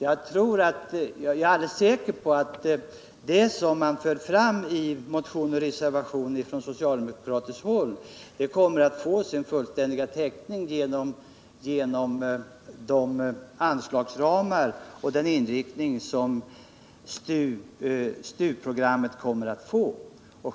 Jag är alldeles säker på att det man för fram i motion och reservation från socialdemokratiskt håll kommer att få fullständig täckning genom de anslagsramar och den inriktning STU-programmet kommer att ha.